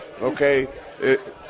Okay